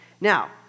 Now